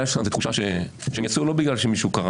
שם זה תחושה שהם יצאו לא בגלל שמישהו קרא